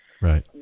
Right